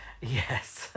Yes